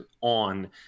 on